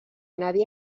nadie